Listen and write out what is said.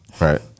right